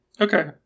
Okay